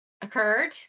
occurred